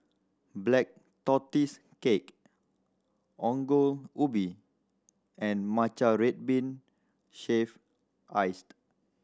Black Tortoise Cake Ongol Ubi and matcha red bean shaved iced